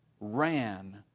ran